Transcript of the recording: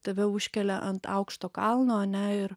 tave užkelia ant aukšto kalno ane ir